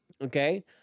okay